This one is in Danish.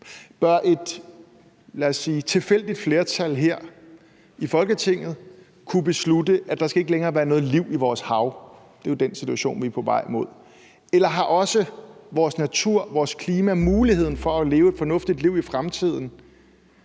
sige tilfældigt flertal her i Folketinget kunne beslutte, at der ikke længere skal være noget liv i vores hav? Det er jo den situation, vi er på vej mod. Eller har også vores natur, vores klima muligheden for at leve et fornuftigt liv i fremtiden,